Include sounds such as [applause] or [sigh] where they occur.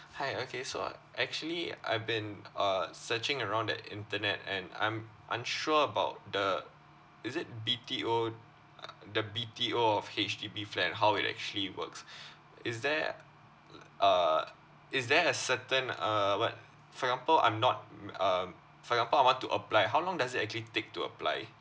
hi okay so actually I've been uh searching around the internet and I'm unsure about the is it B_T_O uh the B_T_O of H_D_B flat and how it actually works is there [noise] uh is there a certain uh what for example I'm not um for example I want to apply how long does it actually take to apply